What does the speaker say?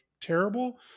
terrible